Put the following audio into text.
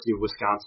Wisconsin